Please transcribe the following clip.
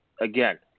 again